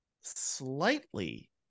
slightly